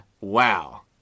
Wow